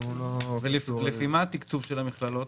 לפי מה תקצוב המכללות?